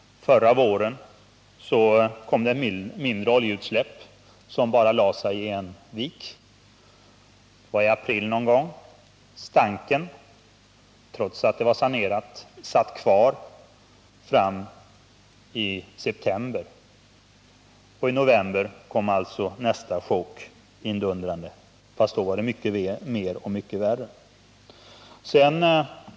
Förra våren inträffade ett mindre oljeutsläpp, och då lade sig oljan i en vik. Det var någon gång i april. Trots att området sanerades fanns stanken kvar fram till i september, och i november kom alltså nästa chock — fast då var det mycker mer och mycket värre.